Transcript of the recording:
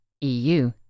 EU